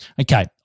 Okay